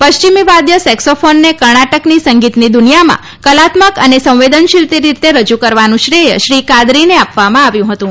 પશ્ચિમીવાદ્ય સેક્સોફોનને કર્ણાટકની સંગીતની દુનિયામાં કલાત્મક સંવેદનશીલ રીતે રજૂ કરવાનું શ્રેય શ્રી કાદરીને આપવામાં આવ્યું હતું